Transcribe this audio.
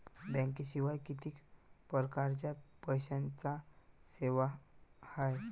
बँकेशिवाय किती परकारच्या पैशांच्या सेवा हाय?